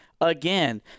Again